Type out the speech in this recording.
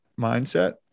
mindset